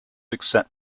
accept